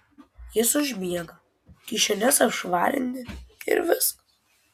jis užmiega kišenes apšvarini ir viskas